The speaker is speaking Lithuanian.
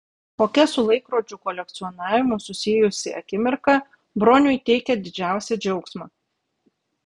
kokia su laikrodžių kolekcionavimu susijusi akimirka broniui teikia didžiausią džiaugsmą